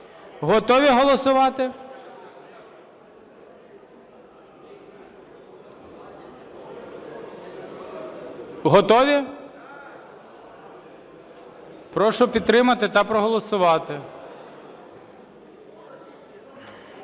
Готові голосувати? Готові? Прошу підтримати та проголосувати.